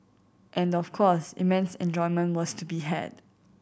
and of course immense enjoyment was to be had